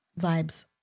Vibes